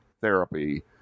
therapy